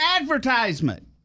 advertisement